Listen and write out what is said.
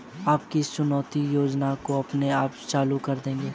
आप किस चुकौती योजना को अपने आप चालू कर देंगे?